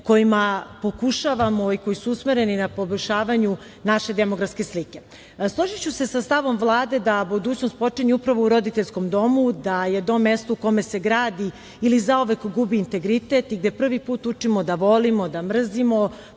kojima pokušavamo i koji su usmereni na poboljšavanju naše demografske slike. Složiću se sa stavom Vlade da budućnost počinje upravo u roditeljskom domu, da je dom mesto u kome se gradi ili zauvek gubi integritet gde prvi put učimo da volimo, da mrzimo,